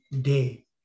day